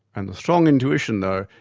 and the strong intuition, though,